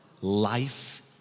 life